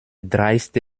dreiste